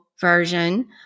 version